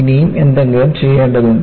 ഇനിയും എന്തെങ്കിലും ചെയ്യേണ്ടതുണ്ട്